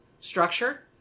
structure